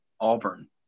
Auburn